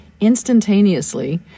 instantaneously